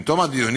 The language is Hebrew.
עם תום הדיונים